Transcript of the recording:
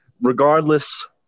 regardless